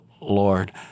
Lord